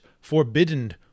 forbidden